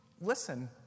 listen